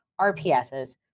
RPSs